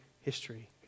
history